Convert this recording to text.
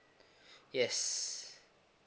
yes